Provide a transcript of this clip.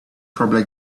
probably